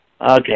Okay